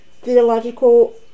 theological